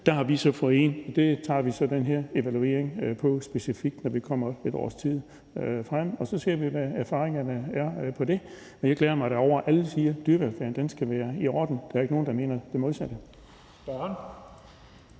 Der har vi så fået ind, at det tager vi så den her evaluering på specifikt, når vi kommer 1 år frem, og så ser vi, hvad erfaringerne er på det område. Og jeg glæder mig da over, at alle siger, at dyrevelfærden skal være i orden – der er jo ikke nogen, der mener det modsatte. Kl.